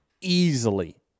easily